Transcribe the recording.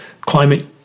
climate